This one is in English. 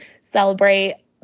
celebrate